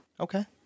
okay